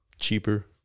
Cheaper